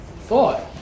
thought